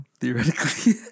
theoretically